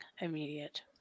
immediate